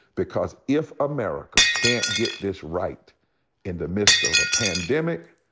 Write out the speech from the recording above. because if america can't get this right in the midst of a pandemic,